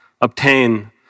obtain